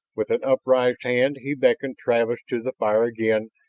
with an upraised hand he beckoned travis to the fire again,